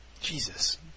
Jesus